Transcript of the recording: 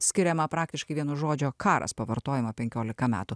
skiriama praktiškai vien už žodžio karas pavartojimą penkiolika metų